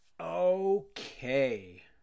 Okay